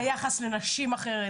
היחס לנשים אחרת,